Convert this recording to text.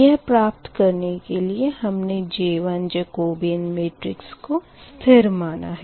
यह प्राप्त करने के लिए हमने J1 जकोबीयन मेट्रिक्स को स्थिर माना है